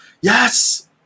yes